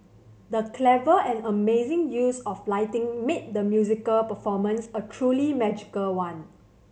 the clever and amazing use of lighting made the musical performance a truly magical one